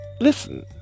listen